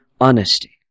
honesty